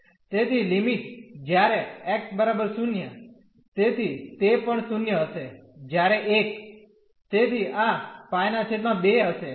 તેથી લિમિટ જ્યારે x 0 તેથી તે પણ 0 હશે જ્યારે 1 તેથી આ π2 હશે